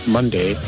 Monday